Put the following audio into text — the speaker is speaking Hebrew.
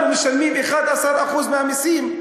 אנחנו משלמים 11% מהמסים,